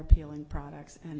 appealing products and